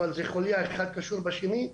אבל זו חולייה שאחת קשורה בשנייה.